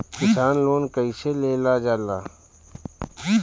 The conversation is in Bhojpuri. किसान लोन कईसे लेल जाला?